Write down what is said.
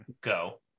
Go